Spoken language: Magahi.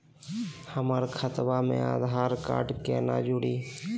हमर खतवा मे आधार कार्ड केना जुड़ी?